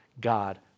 God